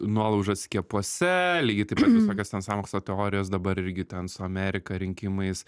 nuolaužas skiepuose lygiai taip pat visokios ten sąmokslo teorijos dabar irgi ten su amerika rinkimais